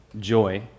joy